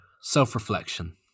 self-reflection